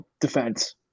defense